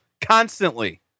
Constantly